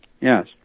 Yes